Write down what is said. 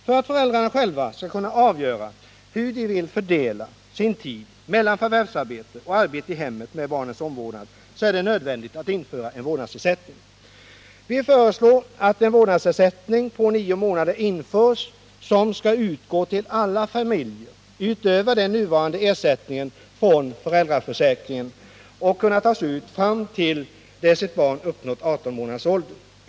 För att föräldrarna själva skall kunna avgöra hur de vill fördela sin tid mellan förvärvsarbete och arbete i hemmet med barnens omvårdnad är det nödvändigt att införa en vårdnadsersättning. Vi föreslår att en vårdnadsersättning under nio månader införs, som skall utgå till alla familjer utöver den nuvarande ersättningen från föräldraförsäkringen och kunna tas ut fram till dess att ett barn uppnår 18 månaders ålder.